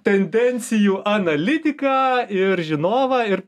tendencijų analitiką ir žinovą ir